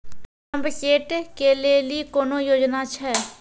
Pump set केलेली कोनो योजना छ?